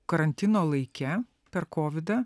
karantino laike per kovidą